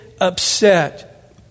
upset